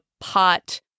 pot